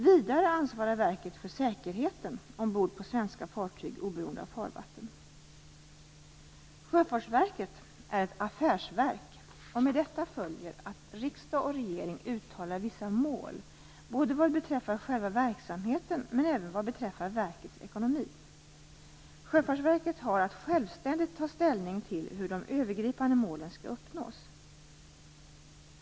Vidare ansvarar verket för säkerheten ombord på svenska fartyg, oberoende av farvatten. Sjöfartsverket är ett affärsverk, och med detta följer att riksdag och regering uttalar vissa mål inte endast vad beträffar själva verksamheten utan även vad beträffar verkets ekonomi. Sjöfartsverket har att självständigt ta ställning till hur de övergripande målen skall uppnås.